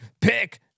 Pick